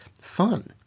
fun